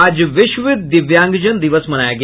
आज विश्व दिव्यांगजन दिवस मनाया गया